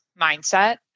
mindset